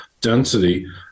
density